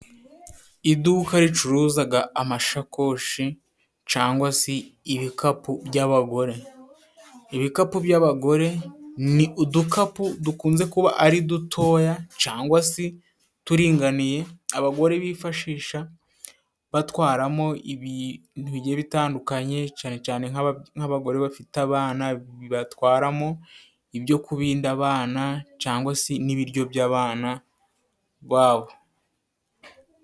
Iduka ricuruzaga amashakoshi cangwa si ibikapu by'abagore. Ibikapu by'abagore ni udukapu dukunze kuba ari dutoya cangwa se turinganiye abagore bifashisha batwaramo ibintu bigiye bitandukanye cane cane nk'abagore bafite abana batwaramo ibyo kubinda abana cangwa se n'ibiryo by'abana babo.